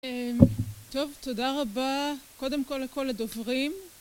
טוב, תודה רבה. קודם כל לכל הדוברים.